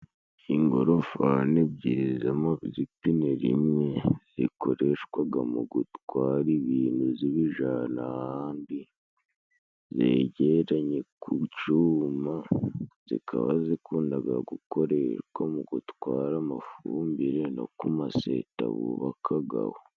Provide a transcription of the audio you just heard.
Ingorofani ebyiri zipine rimwe, zikoreshwaga mu gutwara ibintu z'ibijana ahandi. Zegereye ku cuma zikaba zikundaga gukoreshwa, mu gutwara amafumbire, no ku maseta bubakagaho.